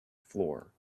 floor